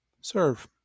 Serve